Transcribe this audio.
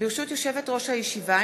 ברשות יושבת-ראש הישיבה,